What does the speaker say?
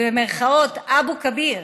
אבו כביר,